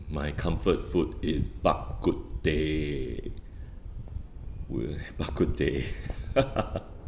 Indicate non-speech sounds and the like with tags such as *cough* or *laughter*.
my comfort food is bak kut teh bak kut teh *laughs*